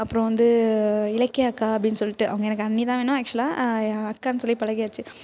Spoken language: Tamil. அப்புறம் வந்து இலக்கியா அக்கா அப்டின்னு சொல்லிட்டு அவுங்க எனக்கு அண்ணிதான் வேணும் ஆக்சுவலாக அக்கான்னு சொல்லி பழகியாச்சி